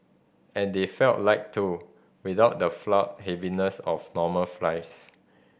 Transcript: and they felt light too without the floury heaviness of normal fries